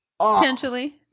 Potentially